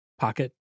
pocket